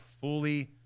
fully